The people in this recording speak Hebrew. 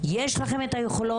אני אומרת לכם,